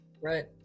Right